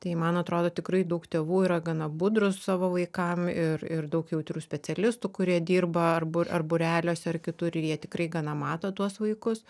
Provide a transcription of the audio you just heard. tai man atrodo tikrai daug tėvų yra gana budrūs savo vaikam ir ir daug jautrių specialistų kurie dirba ar bur ar būreliuose ar kitur ir jie tikrai gana mato tuos vaikus